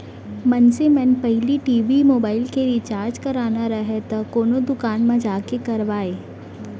मनसे मन पहिली टी.भी, मोबाइल के रिचार्ज कराना राहय त कोनो दुकान म जाके करवाय